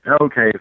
okay